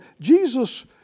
Jesus